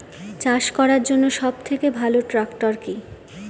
চাষ করার জন্য সবথেকে ভালো ট্র্যাক্টর কি?